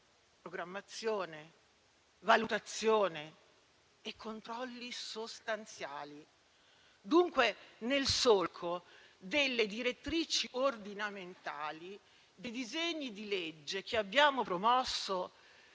Programmazione, valutazione e controlli sostanziali: dunque nel solco delle direttrici ordinamentali dei disegni di legge che abbiamo promosso